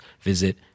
visit